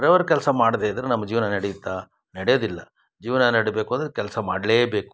driver ಕೆಲಸ ಮಾಡದೆಯಿದ್ರೆ ನಮ್ಮ ಜೀವನ ನಡೆಯುತ್ತಾ ನಡೆಯೋದಿಲ್ಲ ಜೀವನ ನಡಿಬೇಕು ಅಂದರೆ ಕೆಲಸ ಮಾಡಲೇಬೇಕು